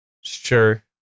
Sure